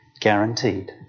guaranteed